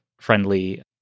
friendly